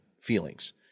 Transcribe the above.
feelings